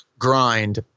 grind